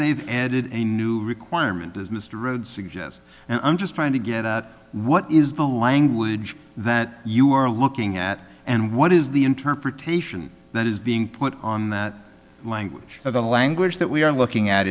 they've added a new requirement as mr rhodes suggests and i'm just trying to get out what is the language that you are looking at and what is the interpretation that is being put on the language of the language that we are looking at